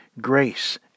grace